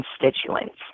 constituents